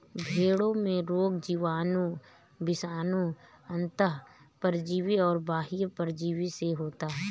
भेंड़ों में रोग जीवाणु, विषाणु, अन्तः परजीवी और बाह्य परजीवी से होता है